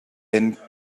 and